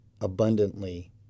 abundantly